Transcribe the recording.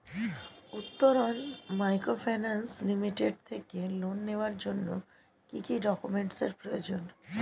Uttaran microfinance limited থেকে loan নেওয়ার জন্য কি কি ডকুমেন্টস এর প্রয়োজন?